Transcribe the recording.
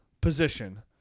position